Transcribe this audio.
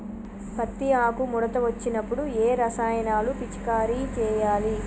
పత్తి ఆకు ముడత వచ్చినప్పుడు ఏ రసాయనాలు పిచికారీ చేయాలి?